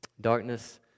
Darkness